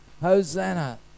Hosanna